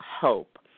hope